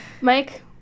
Mike